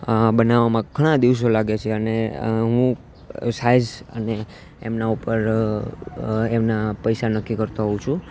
બનાવવામાં ઘણા દિવસો લાગે છે અને હું સાઇઝ અને એમના ઊપર એમના પૈસા નક્કી કરતો હોઉં છું